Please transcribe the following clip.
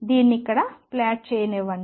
దీన్ని ఇక్కడ ప్లాట్ చేయనివ్వండి